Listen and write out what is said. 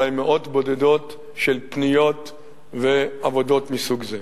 אולי מאות בודדות של פניות לעבודות מסוג זה.